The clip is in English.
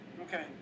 Okay